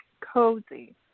cozy